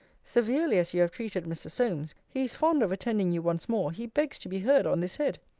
severely as you have treated mr. solmes, he is fond of attending you once more he begs to be heard on this head.